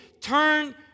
Turn